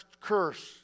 curse